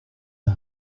are